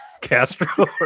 Castro